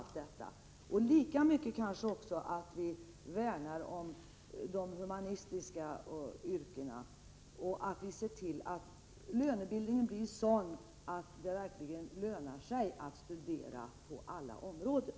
Lika viktigt är det också att vi värnar om de humanistiska yrkena och att vi ser till att lönebildningen blir sådan att det verkligen lönar sig att studera på alla områden.